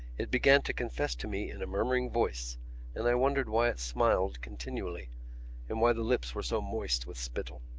it began to confess to me in a murmuring voice and i wondered why it smiled continually and why the lips were so moist with spittle.